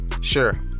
Sure